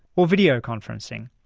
or video conferencing,